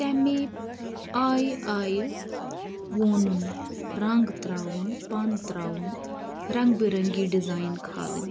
تمے آیہِ آیہِ وونُن رَنگ تَراوُن پَن تَراوُن رَنگ بہ رَرنگی ڈِزایِن خالٕنۍ